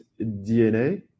DNA